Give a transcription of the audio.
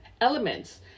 elements